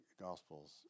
Gospels